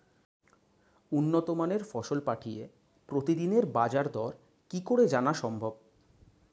উন্নত মানের ফসল পাঠিয়ে প্রতিদিনের বাজার দর কি করে জানা সম্ভব?